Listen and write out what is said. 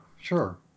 sure